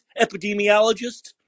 epidemiologist